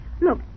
Look